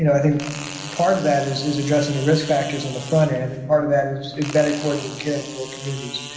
you know i think part of that is is addressing the risk factors on the front end, and part of that is better coordinating care in rural communities.